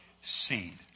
seed